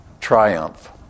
triumph